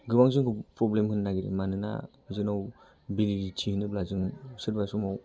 गोबां जोंखौ प्रब्लेम होनो नागिरो मानोना जोंनाव भेलिडिटि होनोब्ला जोङो सोरबा समाव